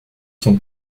son